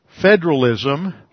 federalism